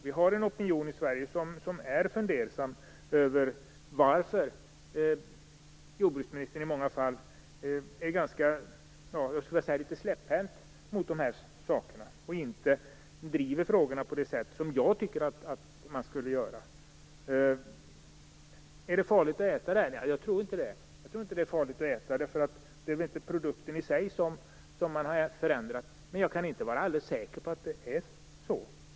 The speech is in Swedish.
Vi har en opinion i Sverige som är fundersam över varför jordbruksministern i många fall är litet släpphänt när det gäller detta. Hon driver inte frågorna på det sätt som jag tycker att man borde göra. Man kan fråga: Är detta farligt att äta? Svaret blir: Nej, jag tror inte det, eftersom produkten i sig inte är förändrad. Men jag kan inte vara alldeles säker på att det är så.